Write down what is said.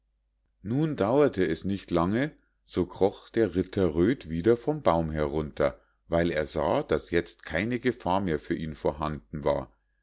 nun dauerte es nicht lange so kroch der ritter röd wieder vom baum herunter weil er sah daß jetzt keine gefahr mehr für ihn vorhanden war